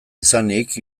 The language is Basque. izanik